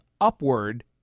upward